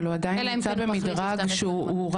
אבל הוא עדיין נמצא במדרג שהוא --- אלא